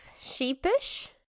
sheepish